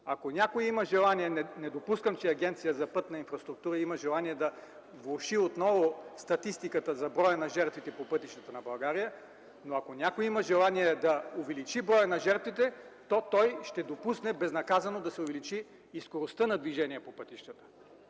на движение по пътя. Не допускам, че Агенция „Пътна инфраструктура” има желание да влоши отново статистиката за броя на жертвите по пътищата на България. Но ако някой има желание да увеличи броят на жертвите, то той ще допусне безнаказано да се увеличи и скоростта за движение по пътищата.